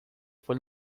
foi